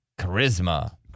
charisma